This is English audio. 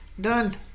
Done